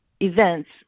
events